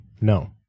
No